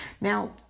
Now